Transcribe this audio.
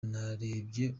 narebye